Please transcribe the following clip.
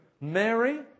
Mary